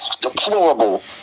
Deplorable